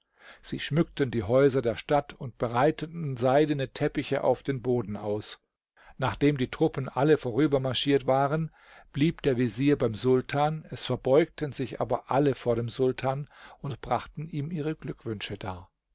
sie schmückten die häuser der stadt und breiteten seidene teppiche auf den boden aus nachdem die truppen alle vorübermarschiert waren blieb der vezier beim sultan es verbeugten sich aber alle vor dem sultan und brachten ihm ihre glückwünsche dar